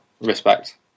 respect